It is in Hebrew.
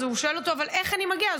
אז הוא שואל אותו: אבל איך אני מגיע?